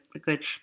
good